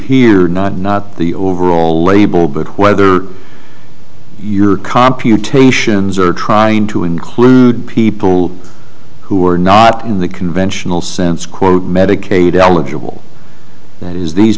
here not not the overall label but whether your computations are trying to include people who are not in the conventional sense quote medicaid eligible and it is these